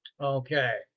okay